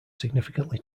significantly